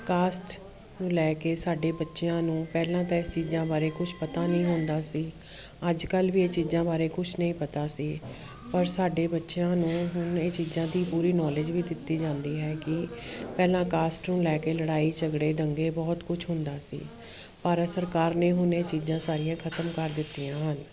caste ਨੂੰ ਲੈ ਕੇ ਸਾਡੇ ਬੱਚਿਆਂ ਨੂੰ ਪਹਿਲਾਂ ਤਾਂ ਇਹ ਚੀਜ਼ਾਂ ਬਾਰੇ ਕੁਛ ਪਤਾ ਨਹੀਂ ਹੁੰਦਾ ਸੀ ਅੱਜ ਕੱਲ੍ਹ ਵੀ ਇਹ ਚੀਜ਼ਾਂ ਬਾਰੇ ਕੁਝ ਨਹੀਂ ਪਤਾ ਸੀ ਪਰ ਸਾਡੇ ਬੱਚਿਆਂ ਨੂੰ ਹੁਣ ਇਹ ਚੀਜ਼ਾਂ ਦੀ ਪੂਰੀ ਨੌਲੇਜ ਵੀ ਦਿੱਤੀ ਜਾਂਦੀ ਹੈ ਕਿ ਪਹਿਲਾਂ ਕਾਸਟ ਨੂੰ ਲੈ ਕੇ ਲੜਾਈ ਝਗੜੇ ਦੰਗੇ ਬਹੁਤ ਕੁਝ ਹੁੰਦਾ ਸੀ ਭਾਰਤ ਸਰਕਾਰ ਨੇ ਹੁਣ ਇਹ ਚੀਜ਼ਾਂ ਸਾਰੀਆਂ ਖਤਮ ਕਰ ਦਿੱਤੀਆਂ ਹਨ